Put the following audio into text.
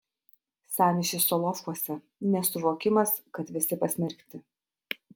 sąmyšis solovkuose nesuvokimas kad visi pasmerkti